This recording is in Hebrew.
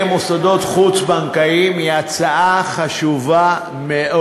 מוסדות חוץ-בנקאיים היא הצעה חשובה מאוד,